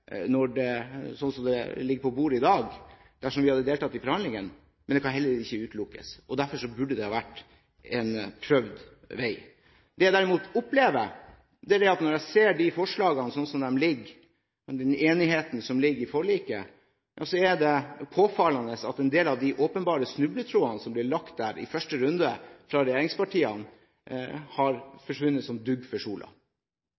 når jeg ser forslagene sånn som de ligger, og den enigheten som ligger i forliket, er det påfallende at en del av de åpenbare snubletrådene som ble lagt der i første runde fra regjeringspartiene, har